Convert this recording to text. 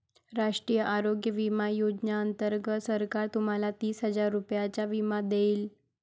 राष्ट्रीय आरोग्य विमा योजनेअंतर्गत सरकार तुम्हाला तीस हजार रुपयांचा विमा देईल